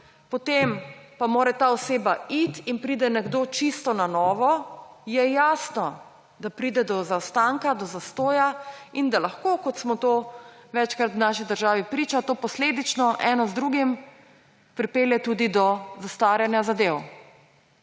potem pa mora ta oseba iti in pride nekdo čisto na novo, je jasno, da pride do zaostanka, do zastoja in da lahko to, kot smo temu večkrat v naši državi priča, posledično, eno z drugim pripelje tudi do zastaranja zadev.